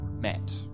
met